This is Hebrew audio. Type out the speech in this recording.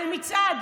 על המצעד.